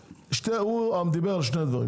הוא דיבר על שני דברים.